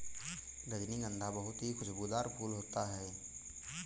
रजनीगंधा बहुत ही खुशबूदार फूल होता है